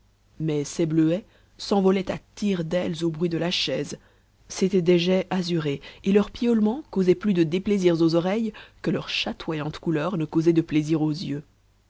mais ces bleuets s'envolaient à tire d'ailes au bruit de la chaise c'étaient des geais azurés et leurs piaulements causaient plus de déplaisir aux oreilles que leurs chatoyantes couleurs ne causaient de plaisir aux yeux